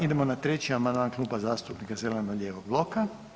Idemo na 3. amandman Kluba zastupnika zeleno-lijevog bloka.